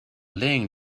laying